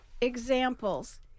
examples